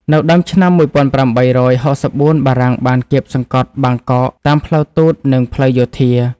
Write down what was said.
នៅដើមឆ្នាំ១៨៦៤ បារាំងបានគាបសង្កត់បាងកកតាមផ្លូវទូតនិងផ្លូវយោធា។